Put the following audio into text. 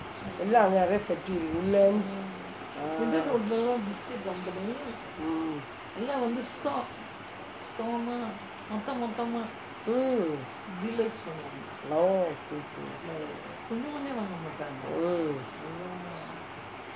எல்லாம் அங்கே நெறைய:ellam anggae neraiya factory woodlands mm oh okay okay mm